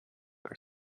are